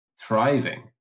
thriving